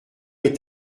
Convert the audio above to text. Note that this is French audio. est